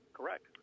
Correct